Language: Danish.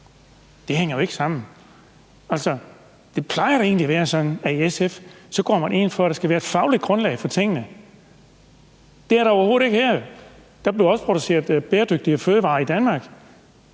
Det hænger jo ikke sammen. Det plejer da egentlig at være sådan, at man i SF går ind for, at der skal være et fagligt grundlag for tingene. Det er der jo overhovedet ikke her. Der bliver også produceret bæredygtige fødevarer i Danmark.